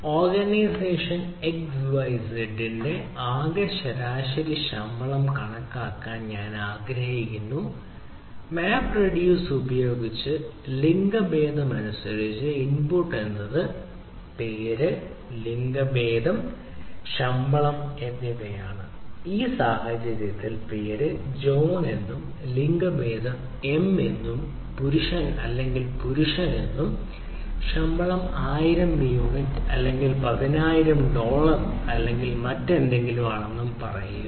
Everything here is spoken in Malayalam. ഓർഗനൈസേഷൻ എക്സ്വൈസെഡിന്റെ ആകെ ശരാശരി ശമ്പളം കണക്കാക്കാൻ ഞാൻ ആഗ്രഹിക്കുന്നു MapReduce ഉപയോഗിച്ച് ലിംഗഭേദം അനുസരിച്ച് ഇൻപുട്ട് എന്നത് പേര് ലിംഗഭേദം ശമ്പളം എന്നിവയാണ് ഈ സാഹചര്യത്തിൽ പേര് ജോൺ എന്നും ലിംഗഭേദം എം അല്ലെങ്കിൽ പുരുഷൻ എന്നും ശമ്പളം 10000 യൂണിറ്റ് അല്ലെങ്കിൽ 10000 ഡോളർ അല്ലെങ്കിൽ മറ്റെന്തെങ്കിലും പറയുക